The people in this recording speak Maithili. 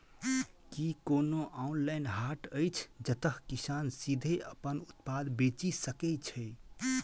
की कोनो ऑनलाइन हाट अछि जतह किसान सीधे अप्पन उत्पाद बेचि सके छै?